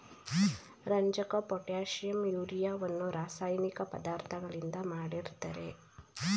ರಂಜಕ, ಪೊಟ್ಯಾಷಿಂ, ಯೂರಿಯವನ್ನು ರಾಸಾಯನಿಕ ಪದಾರ್ಥಗಳಿಂದ ಮಾಡಿರ್ತರೆ